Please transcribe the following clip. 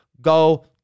go